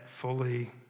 fully